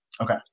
Okay